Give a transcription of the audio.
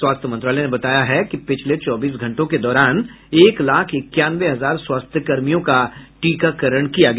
स्वास्थ्य मंत्रालय ने बताया है कि पिछले चौबीस घंटों के दौरान एक लाख इक्यानवे हजार स्वास्थ्यकर्मियों का टीकाकरण किया गया